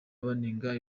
banenga